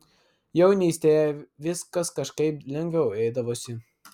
jaunystėje viskas kažkaip lengviau eidavosi